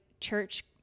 church